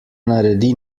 naredi